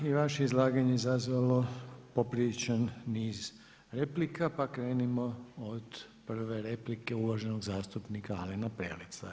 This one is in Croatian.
I vaše izlaganje je izazvalo popriličan niz replika, pa krenimo od prve replike uvaženog zastupnika Alena Preleca.